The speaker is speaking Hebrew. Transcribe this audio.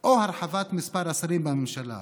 או עם הרחבת מספר השרים בממשלה,